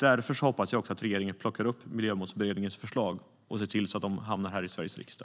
Därför hoppas jag att regeringen plockar upp Miljömålsberedningens förslag och ser till att de hamnar här i Sveriges riksdag.